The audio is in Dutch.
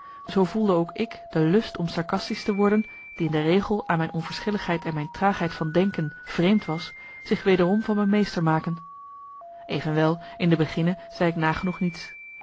zoo voelde ook ik de lust om sarcastisch te worden die in de regel aan mijn onverschilligheid en mijn traagheid van denken vreemd was zich wederom van me meester maken evenwel in de beginne zei ik nagenoeg niets